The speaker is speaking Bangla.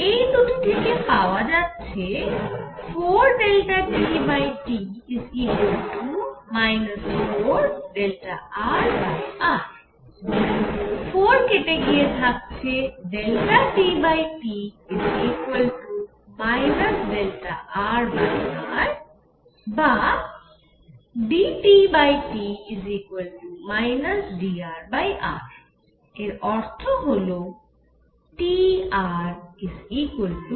এই দুটি থেকে পাওয়া যাচ্ছে 4TT 4rr 4 কেটে গিয়ে থাকছে TT rr বা dTT drr এর অর্থ হল Trconstant